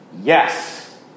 Yes